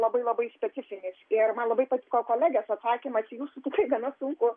labai labai specifinis ir man labai patiko kolegės atsakymas į jūsų tikrai gana sunku